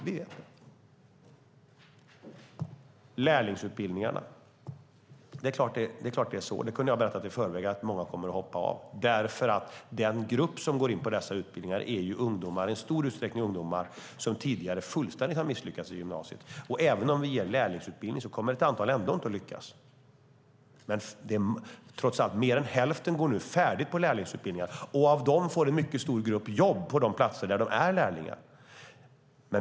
Det är klart att många kommer att hoppa av lärlingsutbildningarna. Det kunde jag ha berättat i förväg, för den grupp som går in på dessa utbildningar är i stor utsträckning ungdomar som tidigare fullständigt har misslyckats i gymnasiet. Även om vi ger dem lärlingsutbildningar kommer ett antal inte att lyckas. Men det är trots allt fler än hälften som går färdigt lärlingsutbildningarna, och av dessa får en mycket stor grupp jobb på de platser där de är lärlingar.